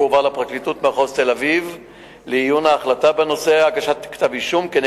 1. האם הוגש נגדו כתב אישום?